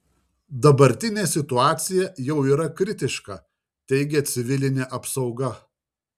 dabartinė situacija jau yra kritiška teigia civilinė apsauga